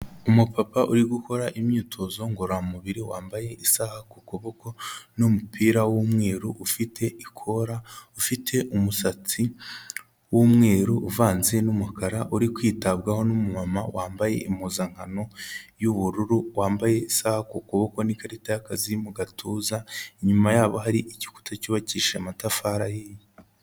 Umupapa uri gukora imyitozo ngororamubiri wambaye isaha ku kuboko n'umupira w'umweru ufite ikora, ufite umusatsi w'umweru uvanze n'umukara uri kwitabwaho n'umumama wambaye impuzankano y'ubururu wambaye isaha ku kuboko n'ikarita y'akazi mu gatuza, inyuma yabo hari igikuta cyubakishije amatafari ahiye.